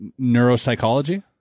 neuropsychology